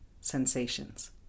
sensations